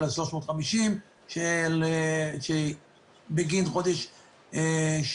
של ה-350 בגין חודש שביעי.